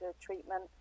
treatment